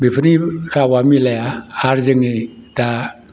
बेफोरनि रावा मिलाया आर जोंनि दा